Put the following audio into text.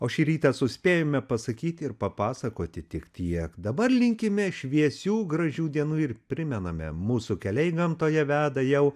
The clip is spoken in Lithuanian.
o šį rytą suspėjome pasakyti ir papasakoti tik tiek dabar linkime šviesių gražių dienų ir primename mūsų keliai gamtoje veda jau